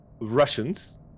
russians